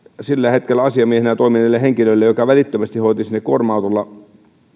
sillä hetkellä asiamiehenä toimineelle henkilölle joka välittömästi hoiti sinne kuorma autolla